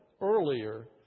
earlier